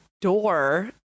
door